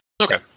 okay